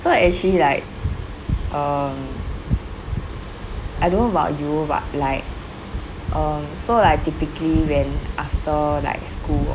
so actually like uh I don't know about you but like uh so like typically when after like school